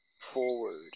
Forward